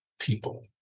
people